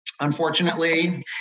Unfortunately